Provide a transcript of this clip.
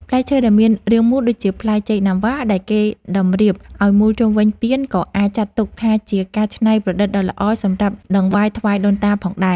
ផ្លែឈើដែលមានរាងមូលដូចជាផ្លែចេកណាំវ៉ាដែលគេតម្រៀបឱ្យមូលជុំវិញពានក៏អាចចាត់ទុកថាជាការច្នៃប្រឌិតដ៏ល្អសម្រាប់ដង្វាយសែនដូនតាផងដែរ។